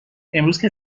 امروزکه